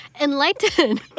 enlightened